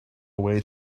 way